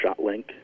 ShotLink